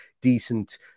decent